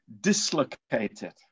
dislocated